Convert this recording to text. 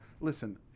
listen